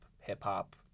hip-hop